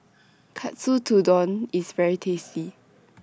Katsu Tendon IS very tasty